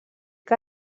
que